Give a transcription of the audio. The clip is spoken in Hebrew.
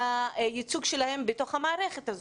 את הייצוג שלהם במערכת הזאת?